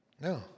no